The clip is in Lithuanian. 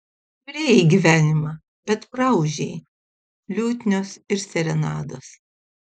turėjai gyvenimą bet praūžei liutnios ir serenados